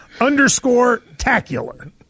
underscore-tacular